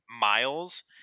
Miles